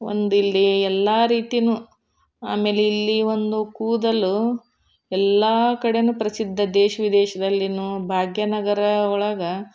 ಒಂದು ಇಲ್ಲಿ ಎಲ್ಲ ರೀತಿನೂ ಆಮೇಲೆ ಇಲ್ಲಿ ಒಂದು ಕೂದಲು ಎಲ್ಲ ಕಡೆನೂ ಪ್ರಸಿದ್ಧ ದೇಶ ವಿದೇಶದಲ್ಲಿನೂ ಭಾಗ್ಯನಗರ ಒಳಗೆ